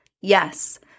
yes